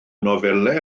nofelau